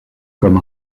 comme